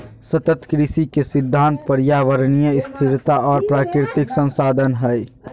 सतत कृषि के सिद्धांत पर्यावरणीय स्थिरता और प्राकृतिक संसाधन हइ